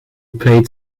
played